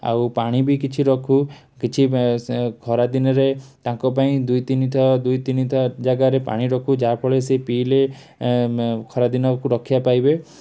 ଆଉ ପାଣି ବି କିଛି ରଖୁ କିଛି ଖରାଦିନରେ ତାଙ୍କ ପାଇଁ ଦୁଇ ତିନିଟା ଦୁଇ ତିନିଟା ଜାଗାରେ ପାଣି ରଖୁ ଯାହାଫଳରେ ସେ ପିଇଲେ ଖରାଦିନକୁ ରକ୍ଷା ପାଇବେ